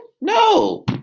No